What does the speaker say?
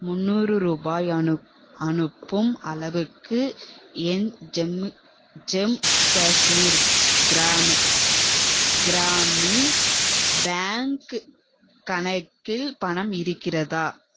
முந்நூறு ரூபாய் அனுப்பு அனுப்பும் அளவுக்கு என் ஜம்மு காஷ்மீர் கிராமு கிராமின் பேங்க்கு கணக்கில் பணம் இருக்கிறதா